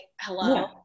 hello